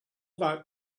that